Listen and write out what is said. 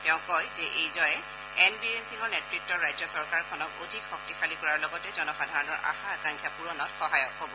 তেওঁ কয় যে এই জয়ে এন বীৰেন সিঙৰ নেতৃত্বৰ ৰাজ্য চৰকাৰখনক অধিক শক্তিশালী কৰাৰ লগতে জনসাধাৰণৰ আশা আকাংক্ষা পুৰণত সহায়ক হ'ব